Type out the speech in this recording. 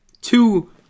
two